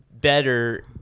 better